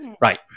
Right